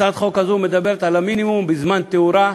הצעת החוק הזאת מדברת על המינימום, בזמן תאורה.